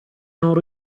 non